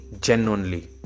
genuinely